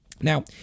Now